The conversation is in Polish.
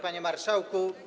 Panie Marszałku!